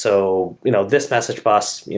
so you know this message bus,